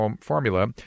formula